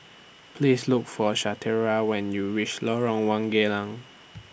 Please Look For Shatara when YOU REACH Lorong one Geylang